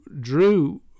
Drew